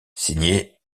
signé